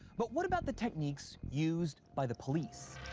but what about the techniques used by the police?